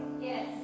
Yes